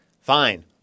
Fine